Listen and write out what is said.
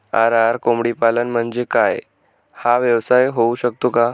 RR कोंबडीपालन म्हणजे काय? हा व्यवसाय होऊ शकतो का?